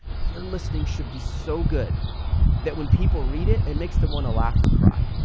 your listing should be so good that when people read it, it makes them want to laugh or cry.